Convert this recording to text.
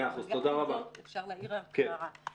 יחד עם זאת, אני